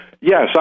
Yes